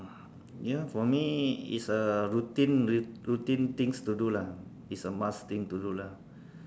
ya for me it's a routine routine things to do lah it's a must thing to do lah